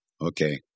Okay